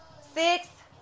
six